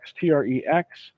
T-R-E-X